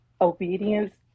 Obedience